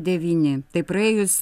devyni tai praėjus